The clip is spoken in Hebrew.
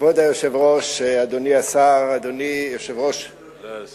כבוד היושב-ראש, אדוני השר, כל מה שהוא